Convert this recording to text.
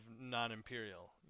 non-imperial